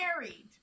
married